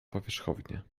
powierzchownie